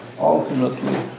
ultimately